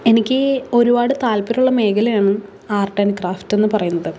എനിക്ക് ഒരുപാട് താല്പര്യം ഉള്ള മേഖലയാണ് ആർട്ട് ആൻഡ് ക്രാഫ്റ്റ് എന്ന് പറയുന്നത്